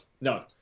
no